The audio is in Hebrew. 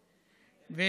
זה.